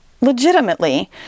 legitimately